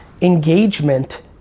Engagement